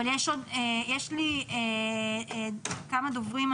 אבל יש עוד כמה דוברים.